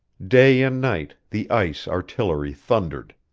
day and night the ice artillery thundered.